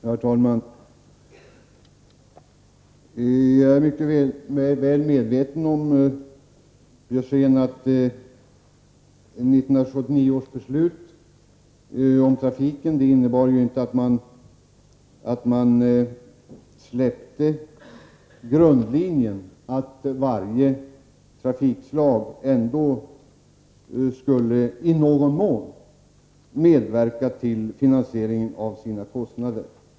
Herr talman! Jag är mycket väl medveten om, Karl Björzén, att 1979 års beslut om trafiken inte innebar att man släppte grundtanken att varje 35 trafikslag ändå i någon mån skulle medverka till finansieringen av sina kostnader.